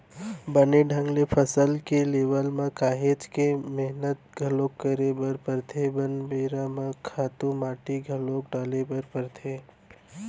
बने ढंग ले फसल के लेवब म काहेच के मेहनत घलोक करे बर परथे, बने बेरा म खातू माटी घलोक डाले बर परथे